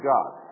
God